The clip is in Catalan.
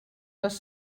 les